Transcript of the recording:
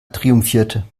triumphierte